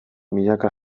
milaka